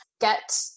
get